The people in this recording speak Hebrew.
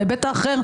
בהיבט האחר,